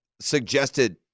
suggested